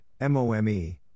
MOME